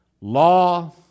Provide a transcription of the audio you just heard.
law